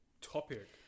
topic